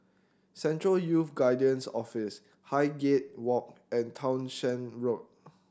Central Youth Guidance Office Highgate Walk and Townshend Road